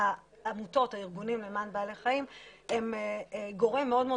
העמותות והארגונים למען בעלי חיים הם גורם מאוד מאוד